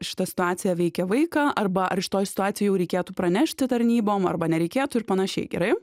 šita situacija veikia vaiką arba ar šitoj situacijoj jau reikėtų pranešti tarnybom arba nereikėtų ir panašiai gerai